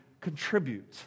contribute